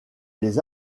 les